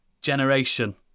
generation